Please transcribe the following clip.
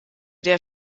der